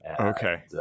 Okay